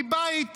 מבית ומחוץ.